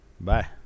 Bye